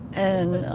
and